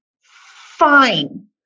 fine